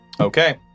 Okay